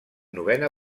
novena